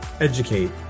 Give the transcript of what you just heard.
educate